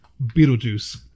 Beetlejuice